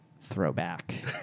Throwback